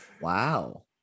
Wow